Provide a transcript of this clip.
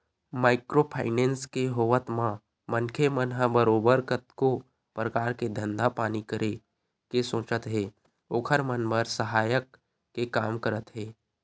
micro finance के होवत म मनखे मन ह बरोबर कतको परकार के धंधा पानी करे के सोचत हे ओखर मन बर सहायक के काम करत हे